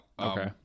Okay